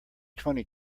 twenty